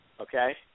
okay